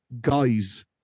guys